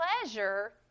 pleasure